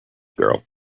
girl